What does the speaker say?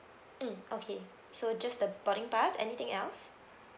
mm okay so just the boarding pass anything else